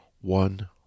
one